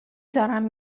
دارم